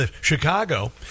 Chicago